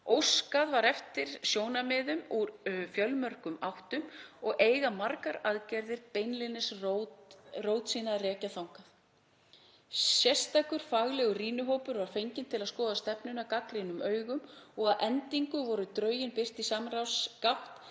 Óskað var eftir sjónarmiðum úr fjölmörgum áttum og eiga margar aðgerðir beinlínis rót að rekja þangað. Sérstakur faglegur rýnihópur var fenginn til að skoða stefnuna gagnrýnum augum og að endingu voru drögin birt í samráðsgátt